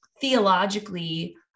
theologically